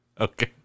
Okay